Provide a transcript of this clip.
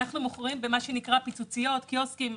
אנחנו מוכרים בפיצוציות וקיוסקים.